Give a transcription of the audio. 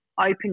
open